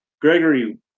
Gregory